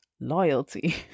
Loyalty